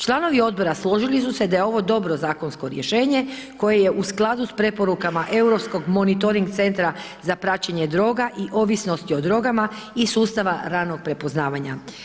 Članovi odbor složili su se da je ovo dobro zakonsko rješenje koje u skladu sa preporukama Europskog monitoring centra za praćenje droga i ovisnosti o drogama iz sustava ranog prepoznavanja.